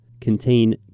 contain